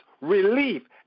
relief